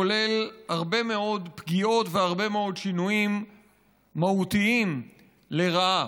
כולל הרבה מאוד פגיעות והרבה מאוד שינויים מהותיים לרעה,